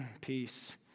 Peace